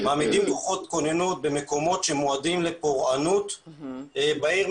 מעמידים כוחות כוננות במקומות שמועדים לפורענות בעיר,